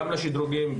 גם לשדרוגים,